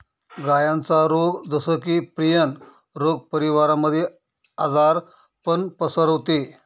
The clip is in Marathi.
गायांचा रोग जस की, प्रियन रोग परिवारामध्ये आजारपण पसरवते